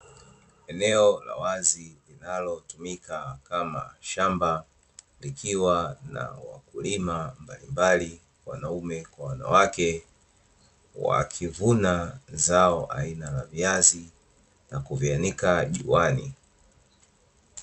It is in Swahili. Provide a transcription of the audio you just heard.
Eneo la wazi linalotumika kama shamba likiwa na wakulima mbalimbali wanaume kwa wanawake, wakivuna zao aina ya viazi na kuvianika juani.